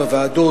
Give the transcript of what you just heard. בוועדות,